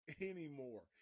Anymore